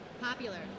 Popular